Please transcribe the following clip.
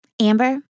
Amber